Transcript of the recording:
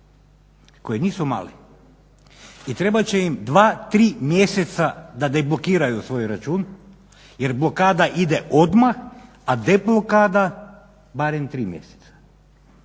koji nisu mali i trebat će im dva, tri mjeseca da deblokiraju svoj račun jer blokada ide odmah, a deblokada barem tri mjeseca.